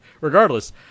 Regardless